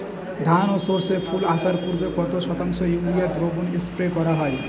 ধান ও সর্ষে ফুল আসার পূর্বে কত শতাংশ ইউরিয়া দ্রবণ স্প্রে করা হয়?